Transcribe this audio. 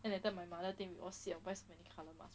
then later my mother think I siao buy so many color for what